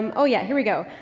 and oh, yeah, here we go.